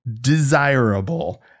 desirable